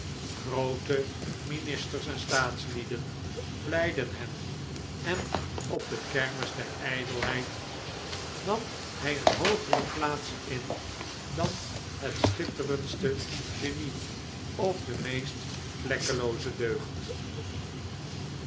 ministers en staatslieden vleiden hem en op de kermis der ijdelheid nam hij een hoogere plaats in dan het schitterendste genie of de meest vlekkelooze deugd